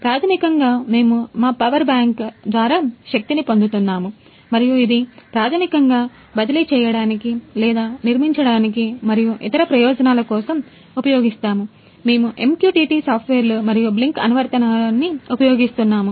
ప్రాథమికంగా మేము మా పవర్ బ్యాంక్న్ని ఉపయోగిస్తున్నాము